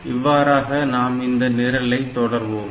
இவ்வாறாக நாம் இந்த நிரலை தொடர்வோம்